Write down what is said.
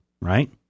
right